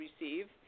receive